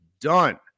done